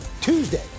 Tuesday